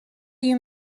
you